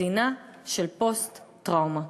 מדינה של פוסט-טראומה.